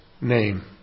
name